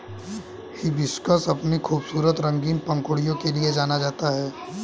hibiscus अपनी खूबसूरत रंगीन पंखुड़ियों के लिए जाना जाता है